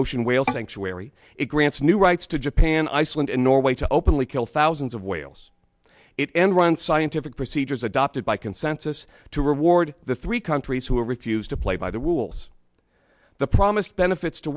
sanctuary it grants new rights to japan iceland and norway to openly kill thousands of whales it and run scientific procedures adopted by consensus to reward the three countries who refuse to play by the rules the promised benefits to